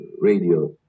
radio